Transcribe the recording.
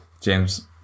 James